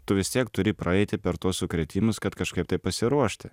tu vis tiek turi praeiti per tuos sukrėtimus kad kažkaip tai pasiruošti